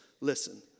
listen